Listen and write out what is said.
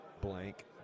blank